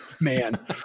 man